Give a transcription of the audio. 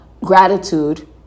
gratitude